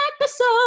episode